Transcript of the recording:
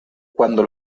cuando